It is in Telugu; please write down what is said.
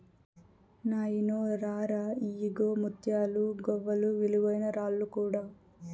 నాయినో రా రా, ఇయ్యిగో ముత్తాలు, గవ్వలు, విలువైన రాళ్ళు కూడా